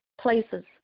places